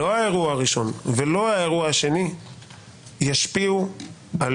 לא האירוע הראשון ולא האירוע השני ישפיעו לא